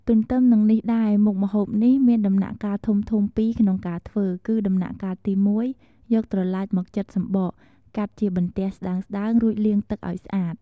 ទន្ទឹមនឹងនេះដែរ មុខម្ហូបនេះមានដំណាក់កាលធំៗពីរក្នុងការធ្វើ គឺដំណាក់កាលទី១ យកត្រឡាចមកចិតសំបក កាត់ជាបន្ទះស្ដើងៗ រួចលាងទឹកឱ្យស្អាត ។